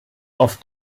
auf